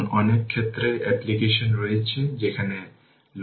সুতরাং এই ক্ষেত্রে আমরা লিখছি ix t vLt6